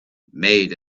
made